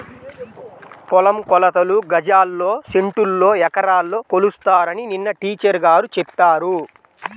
పొలం కొలతలు గజాల్లో, సెంటుల్లో, ఎకరాల్లో కొలుస్తారని నిన్న టీచర్ గారు చెప్పారు